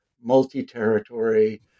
multi-territory